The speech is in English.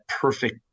perfect